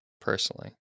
personally